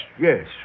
yes